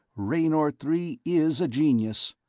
raynor three is a genius!